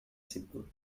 simple